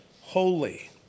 holy